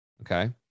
okay